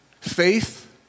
Faith